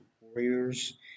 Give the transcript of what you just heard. Warriors